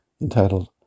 entitled